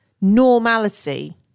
Normality